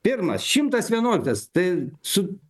pirmas šimtas vienuoliktas tai su